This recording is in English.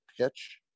pitch